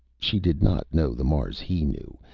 she did not know the mars he knew,